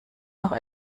noch